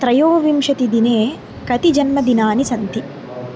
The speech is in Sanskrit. त्रयोविंशतिदिने कति जन्मदिनानि सन्ति